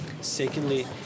Secondly